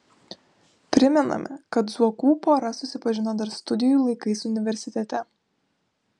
primename kad zuokų pora susipažino dar studijų laikais universitete